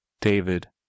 David